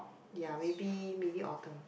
ya maybe maybe Autumn